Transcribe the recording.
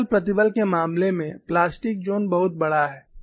समतल प्रतिबल के मामले में प्लास्टिक जोन बहुत बड़ा है